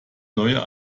neue